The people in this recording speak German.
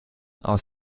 aus